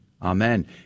Amen